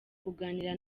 kuganira